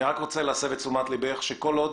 אני רוצה להסב את תשומת ליבך שכל עוד